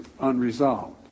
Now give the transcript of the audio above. unresolved